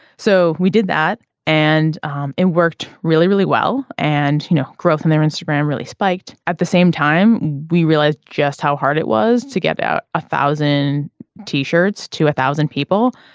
so we did that and um it worked really really well. and you know growth in their instagram really spiked at the same time we realized just how hard it was to get out a thousand t-shirts to a thousand people.